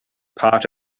part